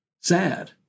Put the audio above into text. sad